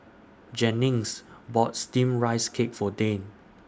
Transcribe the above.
Jennings bought Steamed Rice Cake For Dane